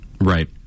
Right